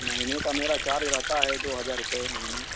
महीने का मेरा चार्ज रहता है दो हज़ार रुपये महीने